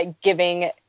giving